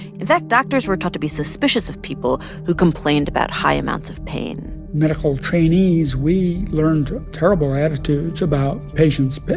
in fact, doctors were taught to be suspicious of people who complained about high amounts of pain medical trainees we learned terrible attitudes about patients. but